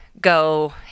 go